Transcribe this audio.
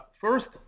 First